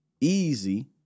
easy